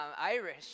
Irish